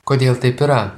kodėl taip yra